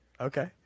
Okay